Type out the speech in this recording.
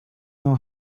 know